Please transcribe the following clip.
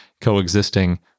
coexisting